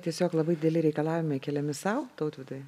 tiesiog labai dideli reikalavimai keliami sau tautvydai